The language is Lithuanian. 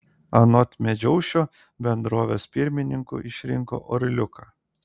anot medžiaušio bendrovės pirmininku išrinko orliuką